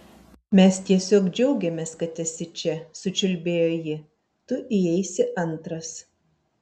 mes tiesiog džiaugiamės kad esi čia sučiulbėjo ji tu įeisi antras